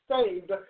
saved